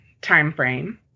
timeframe